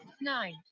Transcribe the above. nine